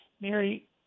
Mary